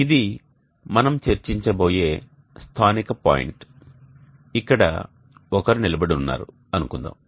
ఇది మనం చర్చించ బోయే స్థానిక పాయింట్ ఇక్కడ ఒకరు నిలబడి ఉన్నారు అనుకుందాం